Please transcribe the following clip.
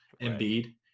Embiid